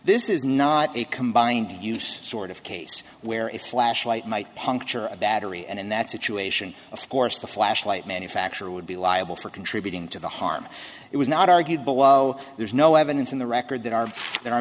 this is not a combined use sort of case where a flashlight might puncture a battery and in that situation of course the flashlight manufacturer would be liable for contributing to the harm it was not argued below there's no evidence in the record that our that